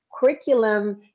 curriculum